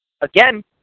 again